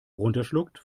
runterschluckt